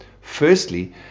Firstly